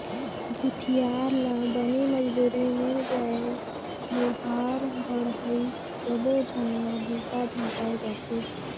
भूथियार ला बनी मजदूरी मिल जाय लोहार बड़हई सबो झन ला बूता भेंटाय जाथे